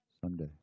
Sunday